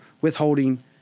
withholding